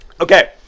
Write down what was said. Okay